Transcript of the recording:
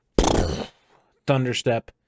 thunderstep